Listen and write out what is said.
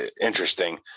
interesting